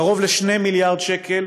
קרוב ל-2 מיליארד שקל